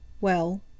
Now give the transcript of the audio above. Well